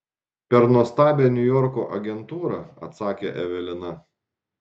per nuostabią niujorko agentūrą atsakė evelina